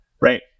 right